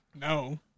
No